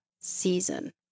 season